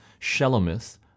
Shelomith